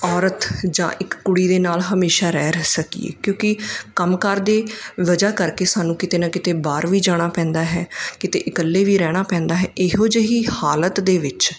ਔਰਤ ਜਾਂ ਇੱਕ ਕੁੜੀ ਦੇ ਨਾਲ ਹਮੇਸ਼ਾ ਰਹਿ ਰਹਿ ਸਕੀਏ ਕਿਉਂਕਿ ਕੰਮ ਕਾਰ ਦੀ ਵਜ੍ਹਾ ਕਰਕੇ ਸਾਨੂੰ ਕਿਤੇ ਨਾ ਕਿਤੇ ਬਾਹਰ ਵੀ ਜਾਣਾ ਪੈਂਦਾ ਹੈ ਕਿਤੇ ਇਕੱਲੇ ਵੀ ਰਹਿਣਾ ਪੈਂਦਾ ਹੈ ਇਹੋ ਜਿਹੀ ਹਾਲਤ ਦੇ ਵਿੱਚ